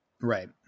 right